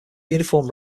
uniform